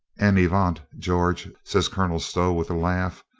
en avant, george, says colonel stow with a laugh.